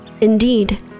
Indeed